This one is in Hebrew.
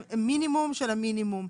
מינימום של המינימום.